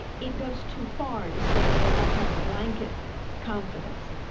it goes too far to say they all had a blanket confidence.